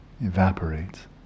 evaporates